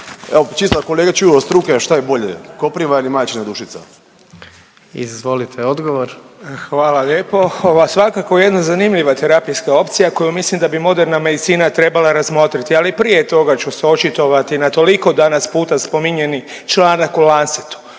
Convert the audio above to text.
Evo, čisto da kolege čuju od struke šta je bolje kopriva ili majčina dušica. **Jandroković, Gordan (HDZ)** Izvolite odgovor. **Beroš, Vili (HDZ)** Hvala lijepo. Ovo je svakako jedna zanimljiva terapijska opcija koju mislim da bi moderna medicina trebala razmotriti, ali prije toga ću se očitovati na toliko danas puta spominjeni članak o Lancetu